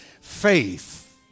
faith